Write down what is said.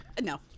No